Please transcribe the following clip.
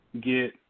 get